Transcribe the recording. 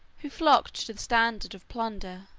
who flocked to the standard of plunder,